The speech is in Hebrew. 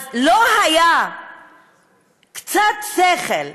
אז לא היה קצת שכל?